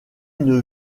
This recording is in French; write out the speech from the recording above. une